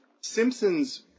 Simpson's